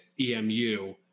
EMU